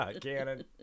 Cannon